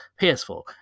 PS4